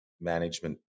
management